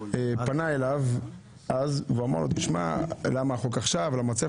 פנה אליו אז ואמר לו: תשמע, למה החוק עכשיו?